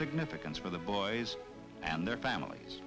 significance for the boys and their families